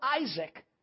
Isaac